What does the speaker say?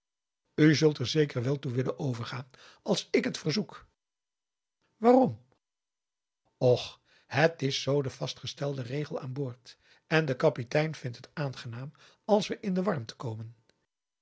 er zeker wel toe willen overgaan als ik het verzoek waarom och het is zoo de vastgestelde regel aan boord en de kapitein vindt het aangenaam als we in de warmte komen